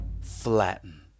flatten